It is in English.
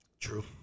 true